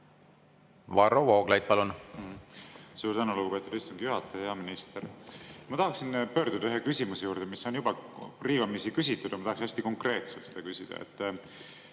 Varro Vooglaid, palun! Suur tänu, lugupeetud istungi juhataja! Hea minister! Ma tahaksin pöörduda ühe küsimuse juurde, mis on juba riivamisi küsitud, aga ma tahaksin hästi konkreetselt seda küsida.